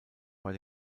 bei